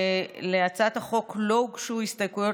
להצעת החוק לא הוגשו הסתייגויות,